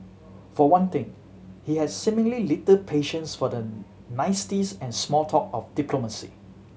for one thing he had seemingly little patience for the niceties and small talk of diplomacy